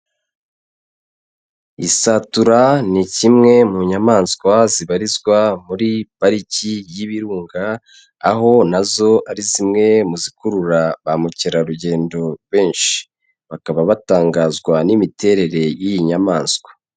Isatura ni kimwe mu nyamaswa zibarizwa muri pariki y'Ibirunga, aho na zo ari zimwe mu zikurura ba mukerarugendo benshi, bakaba batangazwa n'imiterere y'iyi nyamaswa.